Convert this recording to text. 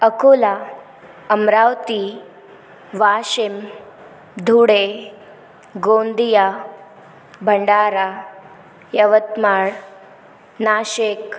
Akola Amravati Washim Dhule Gondia Bhandara Yavatmal Nashik